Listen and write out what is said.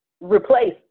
replace